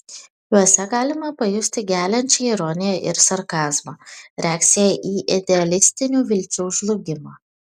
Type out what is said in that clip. juose galima pajusti geliančią ironiją ir sarkazmą reakciją į idealistinių vilčių žlugimą